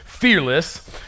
fearless